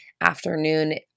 afternoon